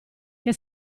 che